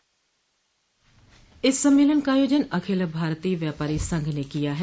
इस सम्मेलन का आयोजन अखिल भारतीय व्यापारी संघ ने किया है